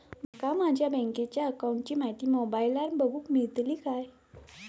माका माझ्या बँकेच्या अकाऊंटची माहिती मोबाईलार बगुक मेळतली काय?